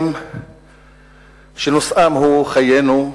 שנושאן הוא חיינו,